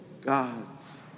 God's